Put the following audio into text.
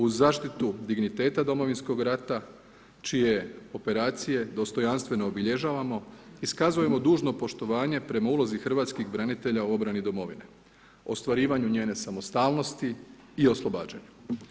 Uz zaštitu digniteta Domovinskog rata, čije operacije dostojanstveno obilježavamo, iskazujemo dužno poštovanje prema ulozi hrvatskih branitelja u obrani domovine, ostvarivanju njene samostalnosti i oslobađanja.